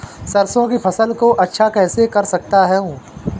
सरसो की फसल को अच्छा कैसे कर सकता हूँ?